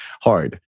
hard